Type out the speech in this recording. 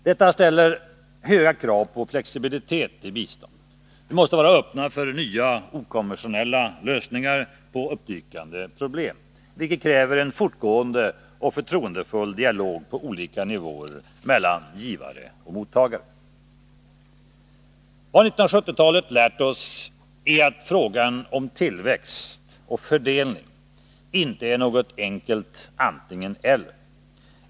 Detta ställer höga krav på flexibilitet i biståndet. Vi måste vara öppna för nya, okonventionella lösningar på uppdykande problem, vilket kräver en fortgående och förtroendefull dialog på olika nivåer mellan givare och mottagare. Vad 1970-talet lärt oss är att frågan om tillväxt kontra fördelning inte är något enkelt antingen eller.